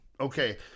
Okay